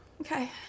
Okay